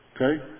Okay